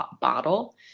bottle